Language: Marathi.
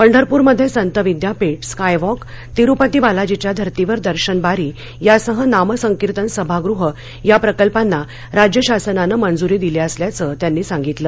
पंढरप्रमध्ये संत विद्यापीठ स्काय वॉक तिरूपती बालाजीच्या धर्तीवर दर्शनबारी यासह नामसंकीर्तन सभागृह या प्रकल्पांना राज्य शासनानं मंजुरी दिली असल्याचं त्यांनी सांगितलं